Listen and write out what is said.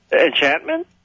Enchantment